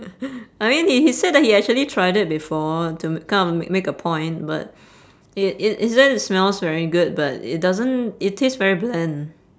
I mean h~ he said that he actually tried it before to kind of make a point but h~ h~ he said it smells very good but it doesn't it taste very bland